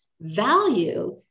value